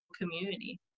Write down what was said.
community